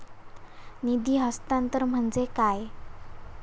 निधी हस्तांतरण म्हणजे काय?